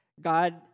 God